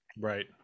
right